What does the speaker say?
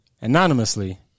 Anonymously